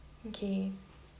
okay